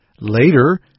Later